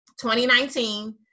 2019